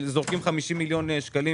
לא ייתכן שזורקים 50 מיליון שקלים